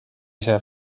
ise